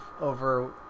over